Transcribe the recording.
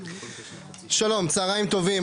שלום, צוהריים טובים.